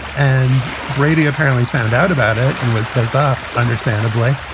and brady apparently found out about it and was pissed off, understandably.